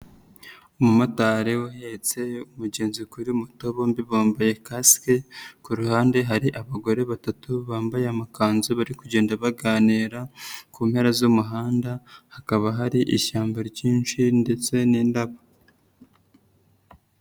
Umumotari yetse umugenzi kuri mo muto bombi bambaye kasike, ku ruhande hari abagore batatu bambaye amakanzu bari kugenda baganira, ku mpera z'umuhanda hakaba hari ishyamba ryinshi ndetse n'indabo.